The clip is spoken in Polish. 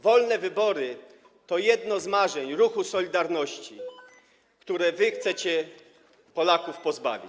Wolne wybory to jedno z marzeń ruchu „Solidarności”, którego wy chcecie Polaków pozbawić.